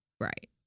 Right